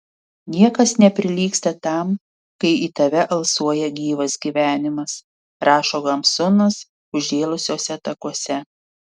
niekas neprilygsta tam kai į tave alsuoja gyvas gyvenimas rašo hamsunas užžėlusiuose takuose